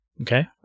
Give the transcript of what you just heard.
Okay